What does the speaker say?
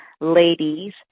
ladies